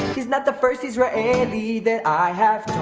he's not the first israeli that i have